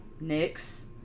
Nyx